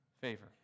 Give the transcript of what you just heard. favor